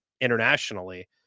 internationally